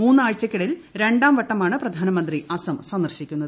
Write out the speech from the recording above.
മൂന്നാഴ്ചയ്ക്കിടയിൽ രണ്ടാം വട്ടമാണ് പ്രധാനമന്ത്രി ആസം സന്ദർശിക്കുന്നത്